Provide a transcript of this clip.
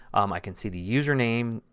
um i can see the user name,